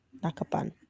Nakapan